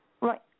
Right